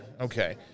Okay